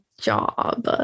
job